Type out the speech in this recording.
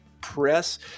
press